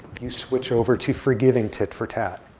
you switch over to forgiving tit for tat.